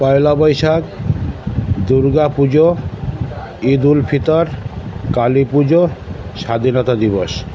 পয়লা বৈশাখ দুর্গা পুজো ঈদ উল ফিতর কালী পুজো স্বাধীনতা দিবস